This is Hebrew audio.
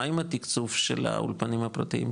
מה עם התקצוב של האולפנים הפרטיים,